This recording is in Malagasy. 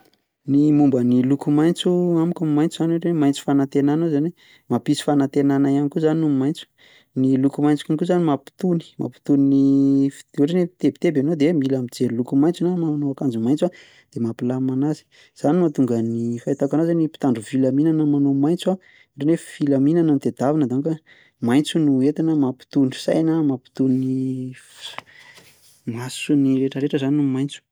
Ny momba ny loko maitso amiko ny maitso zany ohatra hoe maitso fanantenana zany hoe mampisy fanantenana ihany koa zany n maitso. Ny loko maitso konko zany mampitony, mampitony ny f- ohatra hoe mitebiteby ianao de mila mijery loko maitso na manao akanjo maitso a de mampilamina anazy, zany no mahatonga ny fahitako anazy zany io mpitandro filaminana manao maitso a ohatra ny hoe filaminana no tadiavina donc maitso no entina mampitony saina, mampitony fis- maso sy ny rehetrarehetra zany ny maitso.